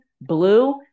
blue